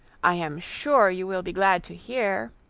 i am sure you will be glad to hear,